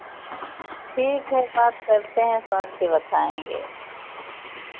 ठीक है बात करते हैं सोच के बताएंगे